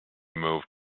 moved